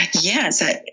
Yes